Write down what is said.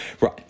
Right